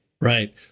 Right